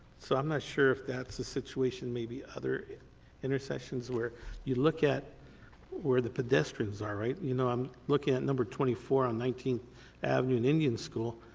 so i'm not sure if that's a situation, maybe other intersections where you look at where the pedestrians are, right you know i'm looking at no. twenty four on nineteenth avenue and indian school,